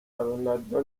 ronaldo